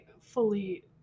fully